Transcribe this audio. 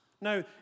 Now